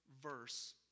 verse